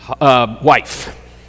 wife